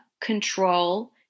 control